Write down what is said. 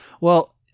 Well-